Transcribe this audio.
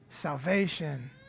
salvation